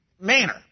manner